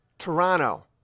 Toronto